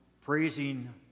praising